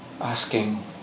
asking